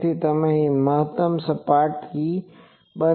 તેથી ત્યાં તે મહત્તમ સપાટ બને છે